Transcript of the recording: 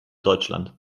deutschland